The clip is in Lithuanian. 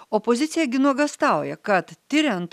opozicija nuogąstauja kad tiriant